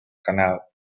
canal